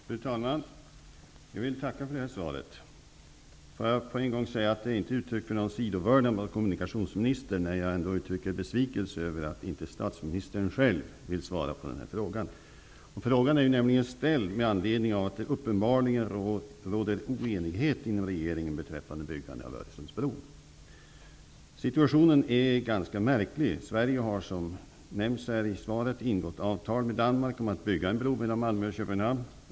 Fru talman! Jag vill tacka för svaret. Jag vill på en gång säga att jag inte uttrycker någon sidovördnad mot kommunikationsministern när jag ändå uttrycker en besvikelse över att inte statsministern själv vill svara på denna fråga. Frågan är nämligen ställd med anledning av att det uppenbarligen råder oenighet inom regeringen beträffande byggandet av Öresundsbron. Situationen är ganska märklig. Sverige har, som nämnts här i svaret, ingått ett avtal med Danmark om att bygga en bro mellan Malmö och Köpenhamn.